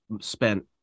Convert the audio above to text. spent